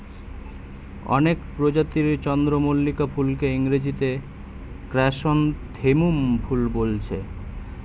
অনেক প্রজাতির চন্দ্রমল্লিকা ফুলকে ইংরেজিতে ক্র্যাসনথেমুম ফুল বোলছে